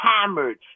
hammered